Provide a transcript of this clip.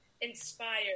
inspired